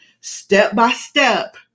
step-by-step